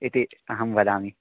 इति अहं वदामि